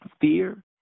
Fear